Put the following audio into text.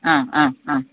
ആ ആ ആ